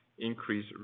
increase